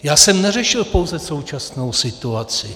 Já jsem neřešil pouze současnou situaci.